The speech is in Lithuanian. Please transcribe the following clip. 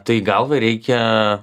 tai galvai reikia